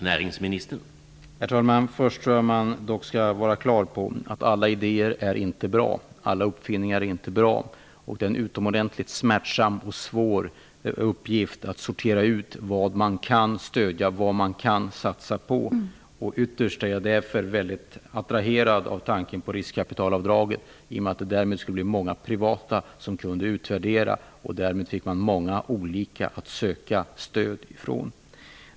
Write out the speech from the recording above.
Herr talman! Jag tror dock att man först skall vara klar över att inte alla idéer och uppfinningar är bra. Det är en utomordentligt smärtsam och svår uppgift att sortera ut vad man kan stödja och satsa på. Jag är därför ytterst attraherad av tanken på riskkapitalavdraget. Genom ett sådant skulle många privata intressenter kunna göra utvärderingar, och därmed skulle det också kunna bli många att söka stöd från.